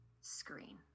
screen